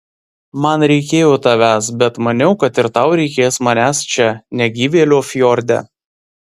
man reikėjo tavęs bet maniau kad ir tau reikės manęs čia negyvėlio fjorde